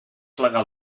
legal